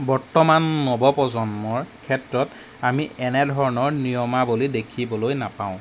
বৰ্তমান নৱ প্ৰজন্মৰ ক্ষেত্ৰত আমি এনেধৰণৰ নিয়মাৱলী দেখিবলৈ নাপাওঁ